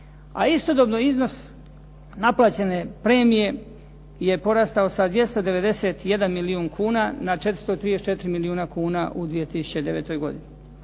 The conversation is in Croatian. je iznos iznos naplaćene premije je porastao sa 291 milijun kuna na 434 milijuna kuna u 2009. godini.